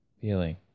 feeling